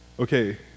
Okay